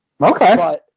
Okay